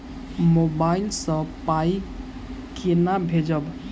Mobile सँ पाई केना भेजब?